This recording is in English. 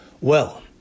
Well